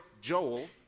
Joel